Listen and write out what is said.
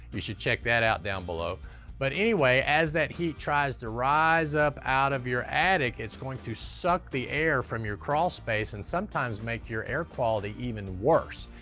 you should check that out down below but anyway, as that heat tries to rise up out of your attic, it's going to suck the air from your crawl space and sometimes make your air quality even worse,